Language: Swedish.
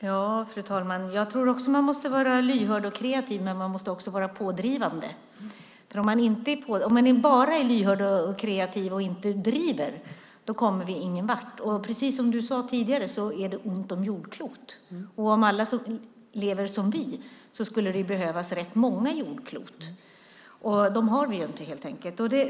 Fru talman! Jag tror också att man måste vara lyhörd och kreativ, men man måste också vara pådrivande. Om man bara är lyhörd och kreativ och inte driver kommer man ingen vart. Precis som du sade tidigare är det ont om jordklot. Om alla skulle leva som vi skulle det behövas rätt många jordklot, och dem har vi helt enkelt inte.